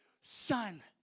son